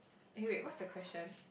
wait wait what's the question